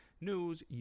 News